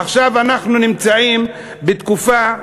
עכשיו אנחנו נמצאים בתקופה,